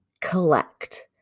collect